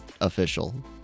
official